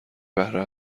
بهره